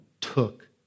took